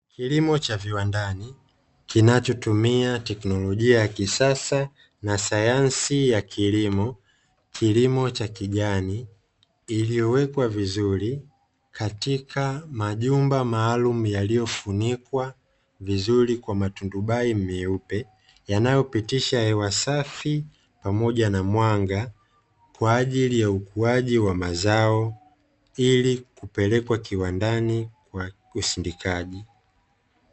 Kilimo cha viwandani kinachotumia teknolojia ya kisasa na sayansi ya kilimo, kilimo cha kijani, iliyowekwa vizuri katika majumba maalumu yaliyofunikwa vizuri kwa maturubai meupe, yanayopitisha hewa safi pamoja na mwanga kwa ajili ya ukuaji wa mazao ili kupelekwa kiwandani kwa usindikaji.